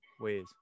ways